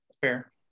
fair